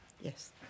Yes